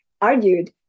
argued